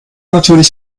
natürlich